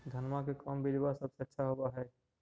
धनमा के कौन बिजबा सबसे अच्छा होव है?